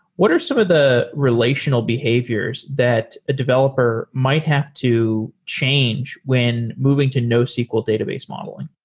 what are some of the relational behaviors that a developer might have to change when moving to nosql database modeling?